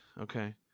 Okay